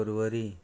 परवरी